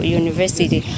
university